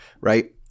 Right